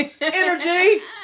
Energy